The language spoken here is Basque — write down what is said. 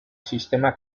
sistema